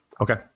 Okay